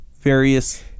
various